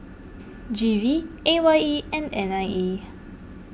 G V A Y E and N I E